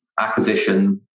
acquisition